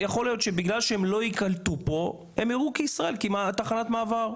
יכול להיות שבגלל שהם לא ייקלטו פה הם יראו בישראל כתחנת מעבר.